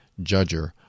judger